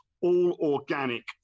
all-organic